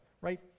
right